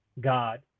God